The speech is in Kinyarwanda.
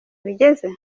bigeze